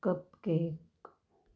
cup cake